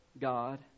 God